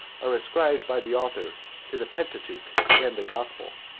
are ascribed by the author to the pentateuch and the gospel.